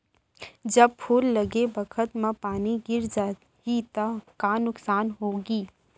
जब फूल लगे बखत म पानी गिर जाही त का नुकसान होगी?